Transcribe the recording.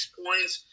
points